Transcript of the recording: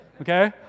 Okay